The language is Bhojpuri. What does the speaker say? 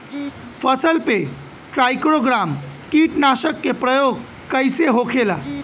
फसल पे ट्राइको ग्राम कीटनाशक के प्रयोग कइसे होखेला?